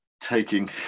taking